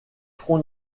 front